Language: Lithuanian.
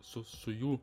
su su jų